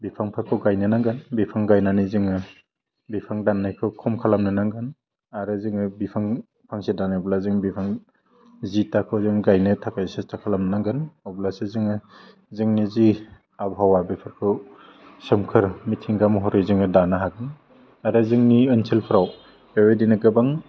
बिफांफोरखौ गायनो नांगोन बिफां गायनानै जोङो बिफां दान्नायखौ खम खालामनो नांगोन आरो जोङो बिफां फांसे दानोब्ला जों बिहाय जिथाखौ जों गायनो थाखाय सेस्था खालामनो नांगोन अब्लासो जोङो जोंनि जि आबहावा बेफोरखौ सोमखोर मिथिंगा महरै जोङो दानो हागोन नाथाय जोंनि ओनसोलफ्राव बेबायदिनो गोबां